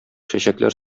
чәчәкләр